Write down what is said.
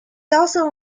also